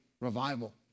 revival